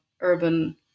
urban